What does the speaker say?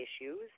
issues